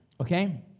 okay